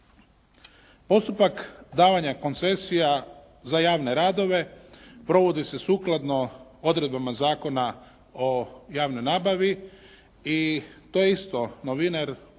Postupak davanja koncesija za javne radove provodi se sukladno odredbama Zakona o javnoj nabavi i to je isto novina, jer